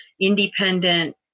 independent